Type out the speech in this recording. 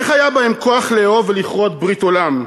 איך היה בהם כוח לאהוב ולכרות ברית עולם?